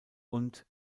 und